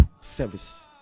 service